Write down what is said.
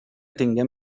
tinguem